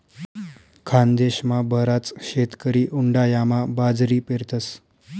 खानदेशमा बराच शेतकरी उंडायामा बाजरी पेरतस